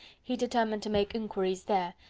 he determined to make inquiries there,